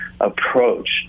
approach